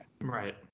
right